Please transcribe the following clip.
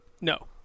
No